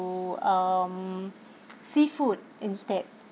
um seafood instead